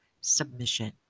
submission